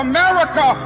America